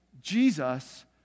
Jesus